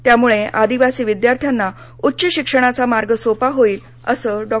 त्यामुळे आदिवासी विद्यार्थ्यांना उच्च शिक्षणाचा मार्ग सोपा होईल असं डॉ